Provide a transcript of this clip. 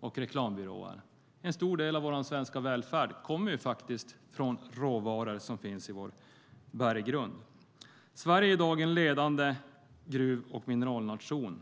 och reklambyråer. En stor del av vår svenska välfärd kommer från råvaror som finns i vår berggrund. Sverige är i dag en ledande gruv och mineralnation.